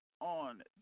on